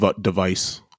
device